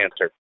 answer